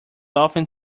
often